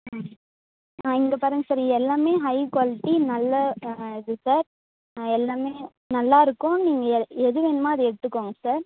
ம் ஆ இங்கே பாருங்கள் சார் எல்லாமே ஹை குவாலிட்டி நல்ல ஆ இது சார் எல்லாமே நல்லா இருக்கும் நீங்கள் எ எது வேணுமோ அது எடுத்துக்கோங்க சார்